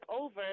over